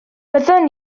byddwn